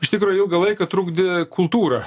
iš tikrųjų ilgą laiką trukdė kultūra